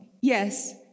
yes